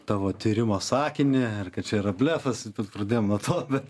tavo tyrimo sakinį kad čia yra blefas pradėjom nuo to bet